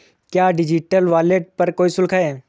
क्या digital wallet पर कोई शुल्क है?